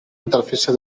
interfície